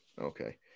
okay